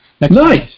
Nice